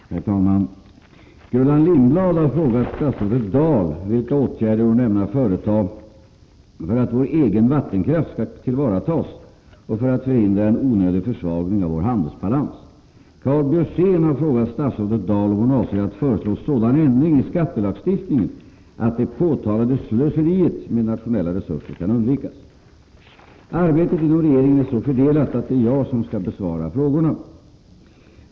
Herr talman! Gullan Lindblad har frågat statsrådet Dahl vilka åtgärder hon ämnar företa för att vår egen vattenkraft skall tillvaratas och för att förhindra en onödig försvagning av vår handelsbalans. Karl Björzén har frågat statsrådet Dahl om hon avser att föreslå sådan ändring i skattelagstiftningen att det påtalade slöseriet med nationella resurser kan undvikas. Arbetet inom regeringen är så fördelat att det är jag som skall besvara frågorna.